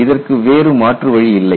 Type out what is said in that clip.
இதற்கு வேறு மாற்று வழி இல்லை